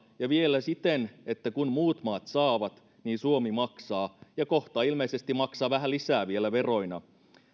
ja vielä siten että kun muut maat saavat niin suomi maksaa ja kohta ilmeisesti maksaa vielä vähän lisää veroina